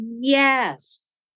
yes